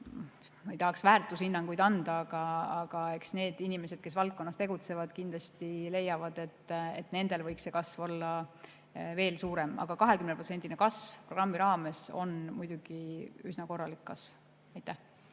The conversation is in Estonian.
Ma ei tahaks väärtushinnanguid anda, ent need inimesed, kes valdkonnas tegutsevad, kindlasti leiavad, et nendel võiks see kasv olla veel suurem. Aga 20%‑line kasv programmi raames on muidugi üsna korralik kasv. Taavi